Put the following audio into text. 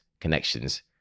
connections